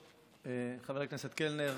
חבר הכנסת קלנר,